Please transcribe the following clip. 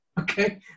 Okay